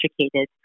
educated